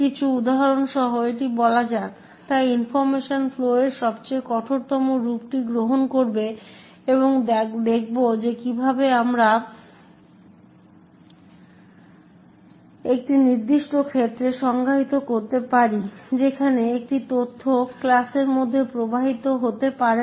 কিছু উদাহরণ সহ এটি বলা যাক তাই ইনফরমেশন ফ্লো এর সবচেয়ে কঠোরতম রূপটি গ্রহণ করবে এবং দেখবো যে কীভাবে আমরা একটি নির্দিষ্ট ক্ষেত্রে সংজ্ঞায়িত করতে পারি যেখানে কোনও তথ্য ক্লাসের মধ্যে প্রবাহিত হতে পারে না